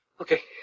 Okay